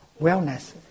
wellness